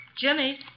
Jimmy